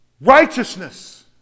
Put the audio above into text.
Righteousness